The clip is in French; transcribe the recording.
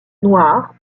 noir